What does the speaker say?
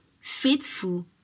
faithful